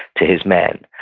to his men